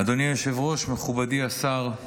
אדוני היושב-ראש, מכובדי השר,